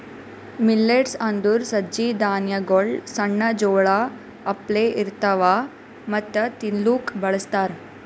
millets ಅಂದುರ್ ಸಜ್ಜಿ ಧಾನ್ಯಗೊಳ್ ಸಣ್ಣ ಜೋಳ ಅಪ್ಲೆ ಇರ್ತವಾ ಮತ್ತ ತಿನ್ಲೂಕ್ ಬಳಸ್ತಾರ್